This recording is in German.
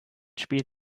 spielt